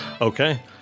Okay